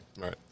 Right